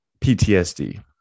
PTSD